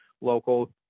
local